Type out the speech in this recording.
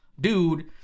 dude